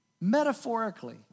Metaphorically